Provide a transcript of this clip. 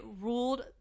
ruled